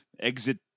exit